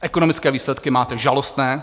Ekonomické výsledky máte žalostné.